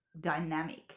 dynamic